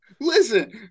Listen